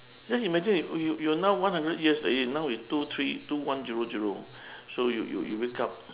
just imagine you you are now one hundred years already now is two three two one zero zero so you you you wake up